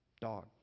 Dog